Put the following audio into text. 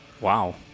Wow